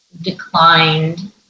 declined